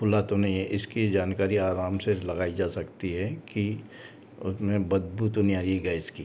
खुला तो नहीं है इसकी जानकारी आराम से लगाई जा सकती है की उसमें बदबू तो नहीं आ रही है गएस की